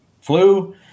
flu